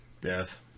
Death